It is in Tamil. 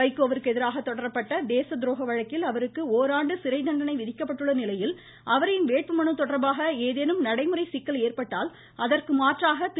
வைகோவிற்கு எதிராக தொடரப்பட்ட தேச துரோக வழக்கில் அவருக்கு ஓராண்டு சிறைதண்டனை விதிக்கப்பட்டுள்ள நிலையில் அவரின் வேட்பு மனு தொடர்பாக ஏதேனும் நடைமுறை சிக்கல் ஏற்பட்டால் அதற்கு மாற்றாக திரு